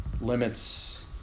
Limits